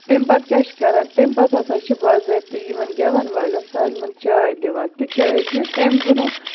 تَمہِ پَتہٕ کیاہ چھُ کران تَمہِ پَتہٕ ہسا چھِ باضٲبطہٕ یِمن گیوَن والین سالمن چاے دِوان تِکیازِ اَمہِ بروٚنٛہہ